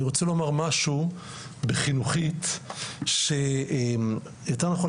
אני רוצה לומר משהו בחינוכית שיותר נכון